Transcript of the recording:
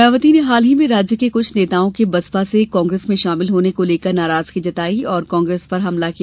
मायावती ने हाल ही में राज्य के कुछ नेताओं के बसपा से कांग्रेस में शामिल होने को लेकर नाराजगी जताई और कांग्रेस पर हमला किया